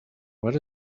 what